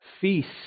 feast